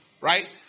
right